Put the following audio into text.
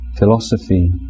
philosophy